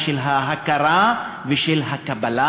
של ההכרה ושל הקבלה.